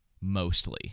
mostly